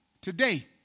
Today